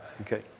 okay